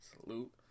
salute